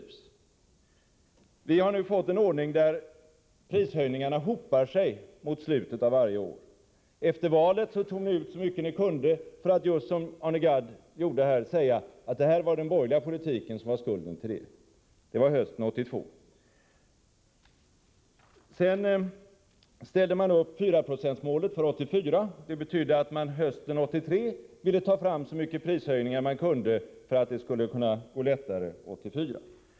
Vi har nu fått en sådan ordning att prishöjningar hopar sig mot slutet av varje år. Efter valet hösten 1982 tog ni ut så mycket som var möjligt för att kunna säga, som Arne Gadd gjorde här, att det var den borgerliga politiken som bar skulden. Regeringen ställde upp målet 4 9 inflation för 1984, vilket betydde att man hösten 1983 ville ha så många prishöjningar som möjligt för att det skulle gå lättare 1984.